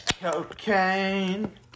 Cocaine